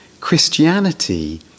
Christianity